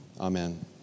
Amen